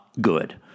good